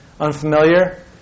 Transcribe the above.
unfamiliar